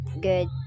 good